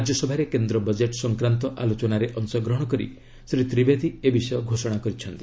ରାଜ୍ୟସଭାରେ କେନ୍ଦ୍ର ବଜେଟ୍ ସଫକ୍ରାନ୍ତ ଆଲୋଚନାରେ ଅଂଶଗ୍ରହଣ କରି ଶ୍ରୀ ତ୍ରିବେଦୀ ଏ ବିଷୟ ଘୋଷଣା କରିଛନ୍ତି